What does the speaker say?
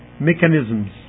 mechanisms